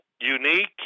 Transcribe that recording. unique